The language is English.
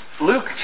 Luke